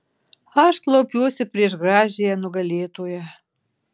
aš klaupiuosi prieš gražiąją nugalėtoją